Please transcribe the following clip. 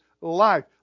life